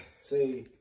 say